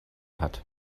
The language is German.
hat